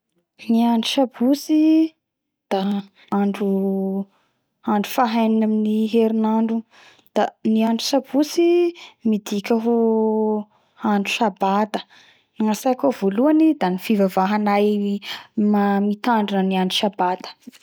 Ny andro sabotsy da andro andro faha enina amy herinandro da ny andro sabotsy midika ho andro Sabata da gnatsaiko ao volohany da ny fivavahanay ma mitandrina ny ando sabata